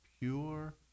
pure